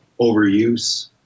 overuse